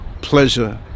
Pleasure